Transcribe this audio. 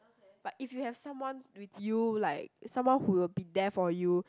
but if you have someone with you like someone who will be there for you